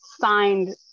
signed